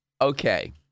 Okay